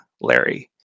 Larry